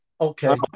Okay